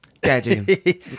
Daddy